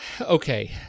Okay